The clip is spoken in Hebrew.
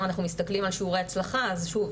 אנחנו מסתכלים על שיעורי הצלחה אז שוב,